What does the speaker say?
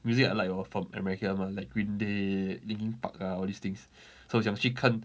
music I like orh from america one like green day linkin park ah all these things so 我想去看